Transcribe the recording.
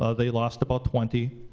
ah they lost about twenty.